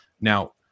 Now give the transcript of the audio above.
Now